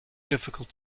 difficult